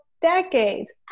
decades